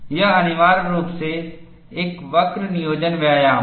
यह अनिवार्य रूप से एक वक्र नियोजन व्यायाम है